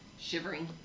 shivering